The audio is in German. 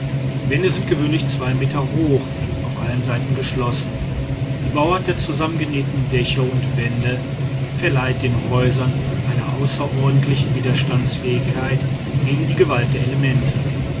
die wände sind gewöhnlich zwei meter hoch auf allen seiten geschlossen die bauart der zusammengenähten dächer und wände verleiht den häusern eine außerordentliche widerstandsfähigkeit gegen die gewalt der elemente